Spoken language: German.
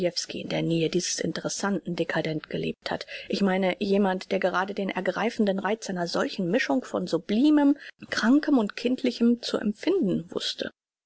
in der nähe dieses interessantesten dcadent gelebt hat ich meine jemand der gerade den ergreifenden reiz einer solchen mischung von sublimem krankem und kindlichem zu empfinden wußte